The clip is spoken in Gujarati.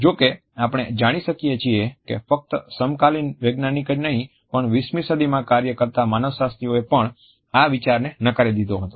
જો કે આપણે જાણી શકીએ છીએ કે ફક્ત સમકાલીન વૈજ્ઞાનિક જ નહીં પણ 20મી સદીમાં કાર્ય કરતા માનવશાસ્ત્રીઓએ પણ આ વિચારને નકારી દીધો હતો